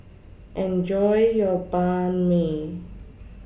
Enjoy your Banh MI